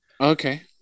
Okay